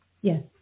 Yes